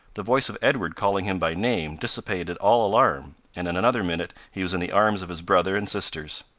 the voice of edward calling him by name dissipated all alarm, and in another minute he was in the arms of his brother and sisters.